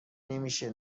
نمیشه